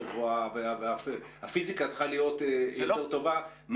גבוהה והפיזיקה צריכה להיות יותר טובה,